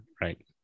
Right